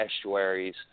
estuaries